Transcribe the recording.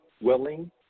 willing